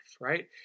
right